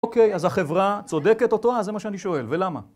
אוקיי, אז החברה צודקת או טועה? זה מה שאני שואל. ולמה?